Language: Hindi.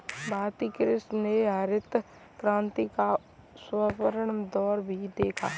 भारतीय कृषि ने हरित क्रांति का स्वर्णिम दौर भी देखा